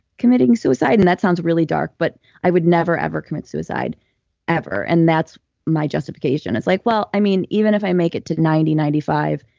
committing suicide and that sounds really dark, but i would never ever commit suicide ever. and that's my justification. it's like, well, i mean even if i make it to ninety, ninety five,